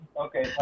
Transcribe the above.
Okay